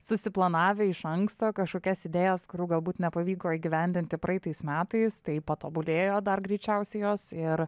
susiplanavę iš anksto kažkokias idėjas kurių galbūt nepavyko įgyvendinti praeitais metais tai patobulėjo dar greičiausiai jos ir